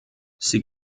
sie